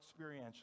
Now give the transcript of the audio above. experientially